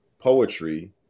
poetry